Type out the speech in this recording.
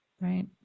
Right